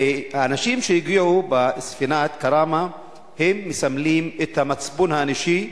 האנשים שהגיעו בספינה "כראמה" מסמלים את המצפון האנושי,